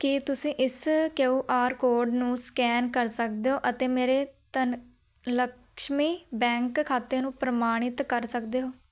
ਕੀ ਤੁਸੀਂਂ ਇਸ Q R code ਨੂੰ ਸਕੈਨ ਕਰ ਸਕਦੇ ਹੋ ਅਤੇ ਮੇਰੇ ਧਨ ਲਕਸ਼ਮੀ ਬੈਂਕ ਖਾਤੇ ਨੂੰ ਪ੍ਰਮਾਣਿਤ ਕਰ ਸਕਦੇ ਹੋ